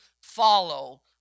follow